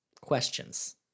Questions